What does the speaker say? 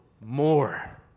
more